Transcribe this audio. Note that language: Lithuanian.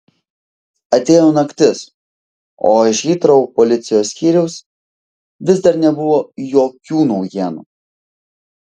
atėjo naktis o iš hitrou policijos skyriaus vis dar nebuvo jokių naujienų